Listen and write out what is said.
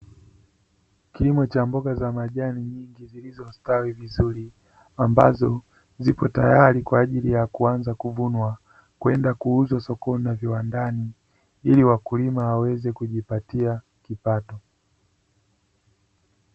Kilimo cha mboga za majani nyingi zilizostawi vizuri, ambazo ziko tayari kwa ajili ya kuanza kuvunwa, kwenda kuuzwa sokoni na viwandani, ili wakulima waweze kujipatia kipato.